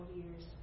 years